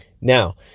Now